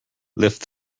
lift